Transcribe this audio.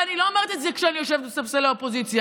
אני לא אומרת את זה כשאני יושבת בספסלי האופוזיציה,